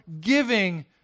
giving